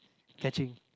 catching